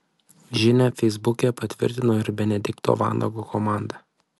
žinią feisbuke patvirtino ir benedikto vanago komanda